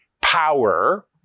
power